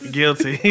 Guilty